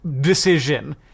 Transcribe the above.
decision